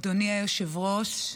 אדוני היושב-ראש,